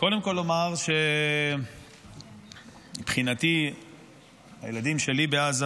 וקודם כול לומר שמבחינתי הילדים שלי בעזה.